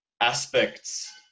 aspects